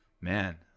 man